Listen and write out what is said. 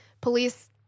police